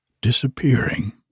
disappearing